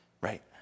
right